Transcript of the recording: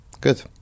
Good